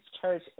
church